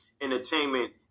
entertainment